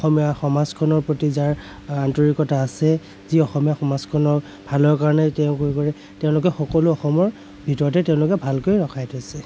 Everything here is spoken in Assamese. অসমীয়া সমাজখনৰ প্ৰতি যাৰ আন্তৰিকতা আছে যি অসমীয়া সমাজখনৰ ভালৰ কাৰণে এতিয়াও হেৰি কৰে তেওঁলোকে সকলো অসমৰ ভিতৰতে তেওঁলোকে ভালকৈ ৰখাই থৈছে